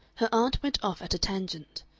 her aunt went off at a tangent.